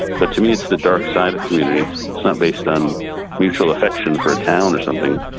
but to me, it's the dark side of community. it's not based on mutual affection for a town or something,